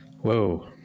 Whoa